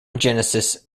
genesis